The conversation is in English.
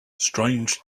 strange